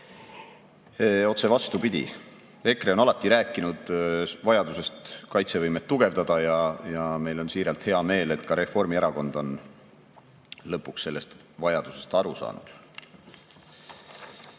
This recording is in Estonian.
Otse vastupidi, EKRE on alati rääkinud vajadusest kaitsevõimet tugevdada. Meil on siiralt hea meel, et ka Reformierakond on lõpuks sellest vajadusest aru